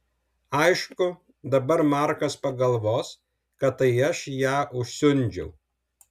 aišku dabar markas pagalvos kad tai aš ją užsiundžiau